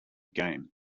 game